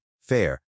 fair